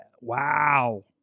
Wow